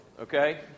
Okay